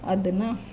ಅದನ್ನು